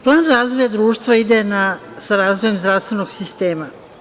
Plan razvoja društva ide sa razvojem zdravstvenog sistema.